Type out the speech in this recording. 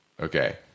Okay